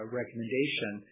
recommendation